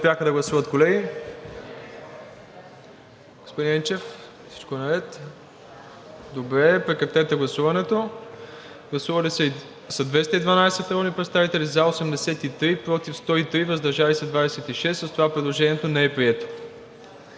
С това предложението не е прието.